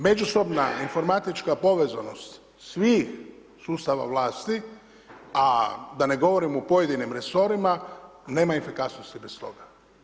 Međusobna informatička povezanost svih sustava vlasti a da ne govorim o pojedinim resorima nema efikasnosti bez toga.